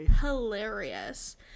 hilarious